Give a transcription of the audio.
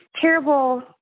terrible